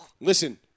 Listen